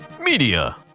media